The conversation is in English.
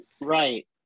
Right